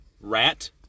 rat